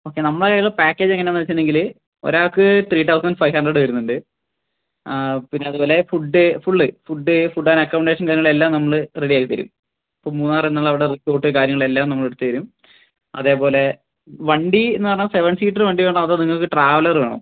okay നമ്മളെ കൈലുള്ള പാക്കേജെങ്ങനാന്ന് വെച്ചുണ്ടെങ്കിൽ ഒരാൾക്ക് ട്രീ ടൌസൻറ്റ് ഫൈവ് ഹൺഡ്രഡ് വരുന്നുണ്ട് പിന്നെ അതുപോലെ food full food food and accommodation കാര്യങ്ങൾ എല്ലാം നമ്മൾ റെഡിയാക്കി തരും ഇപ്പോൾ മൂന്നാറെന്നുള്ള അവിടെ റിസോർട്ട് കാര്യങ്ങൾ എല്ലാം നമ്മൾ എടുത്ത് തരും അതെപോലെ വണ്ടിയിൽ നിന്ന് പറഞ്ഞാൽ സെവൻ സീറ്റെറ് വണ്ടി വേണോ അതൊ നിങ്ങൾക്ക് ട്രാവലറ് വേണോ